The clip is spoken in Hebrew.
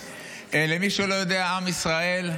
למי שלא יודע, עם ישראל,